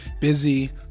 Busy